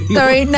Sorry